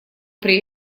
при